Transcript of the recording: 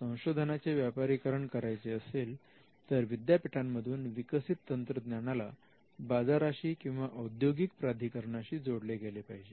संशोधनाचे व्यापारीकरण करायचे असेल तर विद्यापीठांमधून विकसित तंत्रज्ञानाला बाजाराशी किंवा औद्योगिक प्राधिकरणाशी जोडले गेले पाहिजे